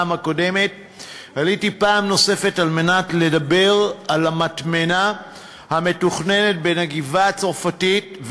ועליתי פעם נוספת כדי לדבר על המטמנה המתוכננת בין הגבעה-הצרפתית,